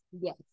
yes